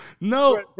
No